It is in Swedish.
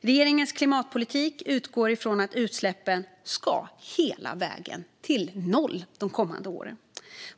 Regeringens klimatpolitik utgår från att utsläppen ska hela vägen till noll de kommande åren.